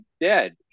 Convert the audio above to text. dead